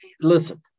listen